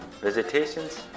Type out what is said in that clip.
visitations